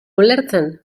ulertzen